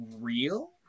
real